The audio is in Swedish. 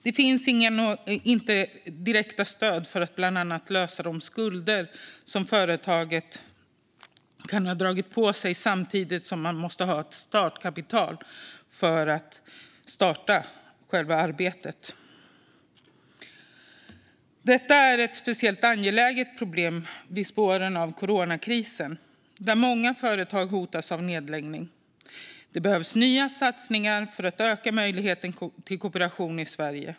Det finns inte några direkta stöd för att till exempel lösa de skulder som företaget kan ha dragit på sig, samtidigt som man måste ha startkapital för att starta själva arbetet. Detta är ett speciellt angeläget problem i spåren av coronakrisen, där många företag hotas av nedläggning. Det behövs nya satsningar för att öka möjligheten till kooperation i Sverige.